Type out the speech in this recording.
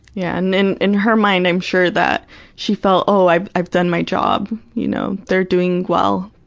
yeah, and and in her mind, i'm sure that she felt, oh, i've i've done my job. you know they're doing well.